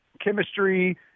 chemistry